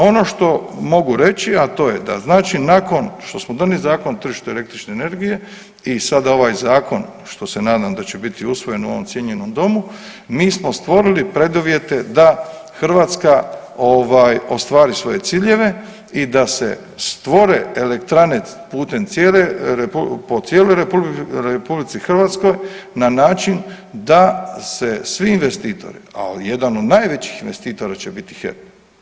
Ono što mogu reći a to je da, znači nakon što smo donijeli Zakon o tržištu električne energije i sad ovaj Zakon što se nadam da će biti usvojen u ovom cijenjenom domu, mi smo stvorili preduvjete da Hrvatska ostvari svoje ciljeve i da se stvore elektrane putem cijele , po cijeloj Republici Hrvatskoj na način da se svi investitori a jedan od najvećih investitora će biti HEP.